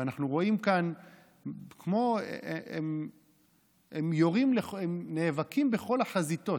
אנחנו רואים שהם נאבקים בכל החזיתות.